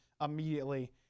immediately